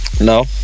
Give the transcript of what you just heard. No